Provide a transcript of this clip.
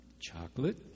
chocolate